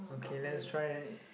okay let us try